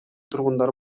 тургундар